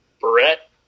Brett